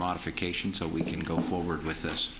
modification so we can go forward with